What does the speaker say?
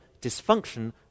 dysfunction